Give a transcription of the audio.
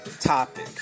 topic